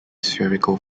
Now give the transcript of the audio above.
spherical